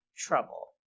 trouble